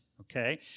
okay